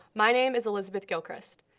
my name is elizabeth gilchrist.